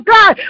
God